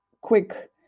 quick